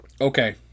okay